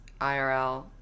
IRL